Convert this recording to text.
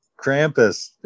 Krampus